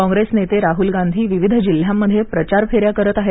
काँग्रेस नेते राहुल गांधी विविध जिल्ह्यांमध्ये प्रचार फेऱ्या करत आहेत